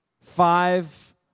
five